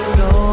go